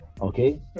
Okay